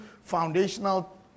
foundational